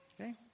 Okay